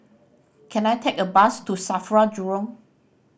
can I take a bus to SAFRA Jurong